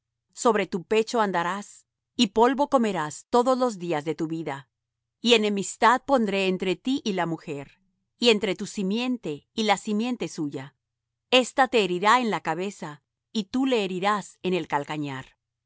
sobre tu pecho andarás y polvo comerás todos los días de tu vida y enemistad pondré entre ti y la mujer y entre tu simiente y la simiente suya ésta te herirá en la cabeza y tú le herirás en el calcañar